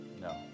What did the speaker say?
No